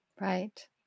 Right